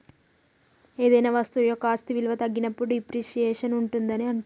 ఏదైనా వస్తువు యొక్క ఆస్తి విలువ తగ్గినప్పుడు డిప్రిసియేషన్ ఉంటాదని అంటుండ్రు